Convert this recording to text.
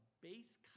base